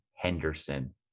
Henderson